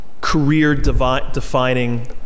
career-defining